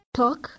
talk